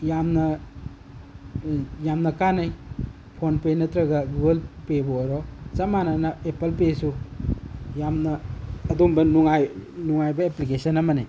ꯌꯥꯝꯅ ꯌꯥꯝꯅ ꯀꯥꯟꯅꯩ ꯐꯣꯟꯄꯦ ꯅꯠꯇ꯭ꯔꯒ ꯒꯨꯒꯜ ꯄꯦꯕꯨ ꯑꯣꯏꯔꯣ ꯆꯞ ꯃꯥꯟꯅꯅ ꯑꯦꯄꯜ ꯄꯦꯁꯨ ꯌꯥꯝꯅ ꯑꯗꯨꯝꯕ ꯅꯨꯡꯉꯥꯏ ꯅꯨꯡꯉꯥꯏꯕ ꯑꯦꯄ꯭ꯂꯤꯀꯦꯁꯟ ꯑꯃꯅꯤ